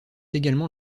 également